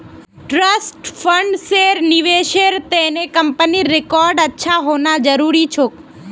trust फंड्सेर निवेशेर त न कंपनीर रिकॉर्ड अच्छा होना जरूरी छोक